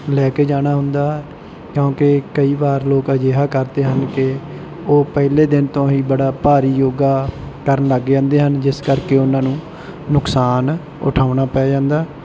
ਲੈ ਕੇ ਜਾਣਾ ਹੁੰਦਾ ਕਿਉਂਕਿ ਕਈ ਵਾਰ ਲੋਕ ਅਜਿਹਾ ਕਰਦੇ ਹਨ ਕਿ ਉਹ ਪਹਿਲੇ ਦਿਨ ਤੋਂ ਹੀ ਬੜਾ ਭਾਰੀ ਯੋਗਾ ਕਰਨ ਲੱਗ ਜਾਂਦੇ ਹਨ ਜਿਸ ਕਰਕੇ ਉਹਨਾਂ ਨੂੰ ਨੁਕਸਾਨ ਉਠਾਉਣਾ ਪੈ ਜਾਂਦਾ